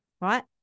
right